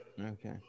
Okay